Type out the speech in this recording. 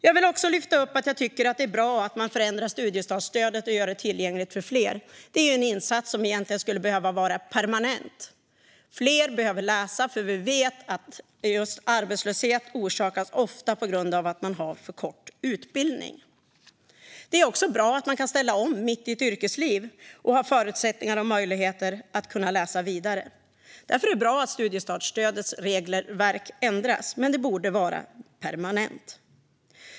Jag tycker också att det är bra att man förändrar studiestartsstödet och gör det tillgängligt för fler. Det är en insats som egentligen skulle behöva vara permanent. Fler behöver läsa, för vi vet att just arbetslöshet ofta orsakas av att man har för kort utbildning. Det är också bra att man kan ställa om mitt i ett yrkesliv och ha förutsättningar och möjligheter att läsa vidare. Därför är det bra att regelverket för studiestartsstödet ändras, men det borde vara permanent.